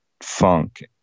funk